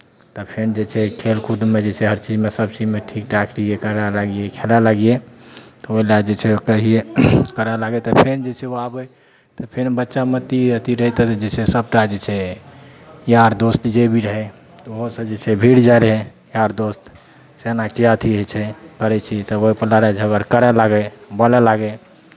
तऽ फेर जे छै खेलकूदमे जे छै हर चीजमे सभ चीजमे ठीक ठाक रहियै करय लागियै खेलय लागियै तऽ ओहि लए जे छै कहियै करय लागै तऽ फेर जे छै ओ आबय तऽ फेर बच्चामे अथि अथि रहै तऽ जे छै सभटा जे छै यार दोस्त जे भी रहै तऽ ओहो सभ जे छै भिर जाइत रहै यार दोस्त से एना किएक अथि होइ छै करै छिही तऽ ओहिपर लड़ाइ झगड़ करय लागै बोलय लागै